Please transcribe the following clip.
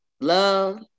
Love